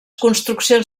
construccions